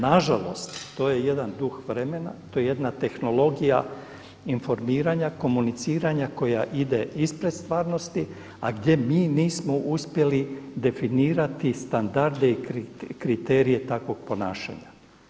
Nažalost, to je jedan duh vremena, to je jedna tehnologija informiranja, komuniciranja koja ide ispred stvarnosti a gdje mi nismo uspjeli definirati standarde i kriterije takvog ponašanja.